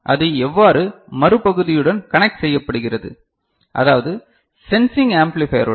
அது எவ்வாறு மறு பகுதியுடன் கனக்ட் செய்யப்படுகிறது அதாவது சென்சிங் ஆம்பிளிபையருடன்